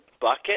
bucket